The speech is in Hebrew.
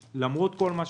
מתאושש.